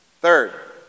Third